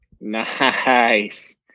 Nice